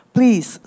Please